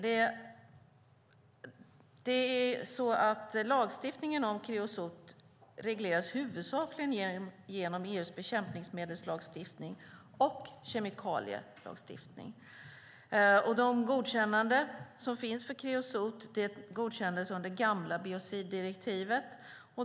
Lagstiftningen om kreosot regleras huvudsakligen genom EU:s bekämpningsmedelslagstiftning och kemikalielagstiftning. De godkännanden som finns för kreosot gjordes under det gamla biociddirektivet.